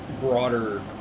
broader